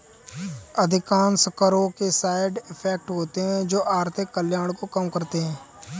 अधिकांश करों के साइड इफेक्ट होते हैं जो आर्थिक कल्याण को कम करते हैं